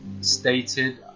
stated